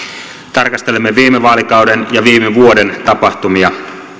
tarkastelemme viime vaalikauden ja viime vuoden tapahtumia